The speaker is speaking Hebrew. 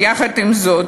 יחד עם זאת,